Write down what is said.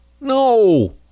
No